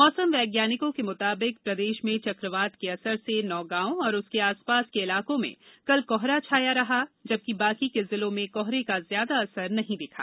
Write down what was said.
मौसम वैज्ञानिकों के मुताबिक प्रदेश में चक्रवात के असर से नौगांव और उसके आसपास के इलाकों में कल कोहरा छाया रहा जबकि बाकी के जिलों में कोहरे का ज्यादा असर नहीं दिखा